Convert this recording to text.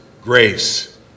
grace